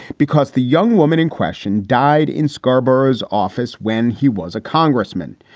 because the young woman in question died in scarborough's office when he was a congressman.